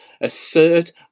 assert